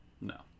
No